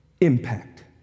Impact